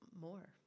more